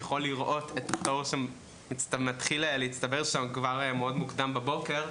יכול לראות את התור מתחיל להצטבר שם כבר מוקדם בבוקר.